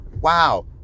wow